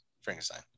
Frankenstein